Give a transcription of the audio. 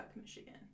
Michigan